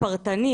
פרטני,